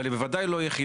אבל היא בוודאי לא יחידה.